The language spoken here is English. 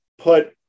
put